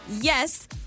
yes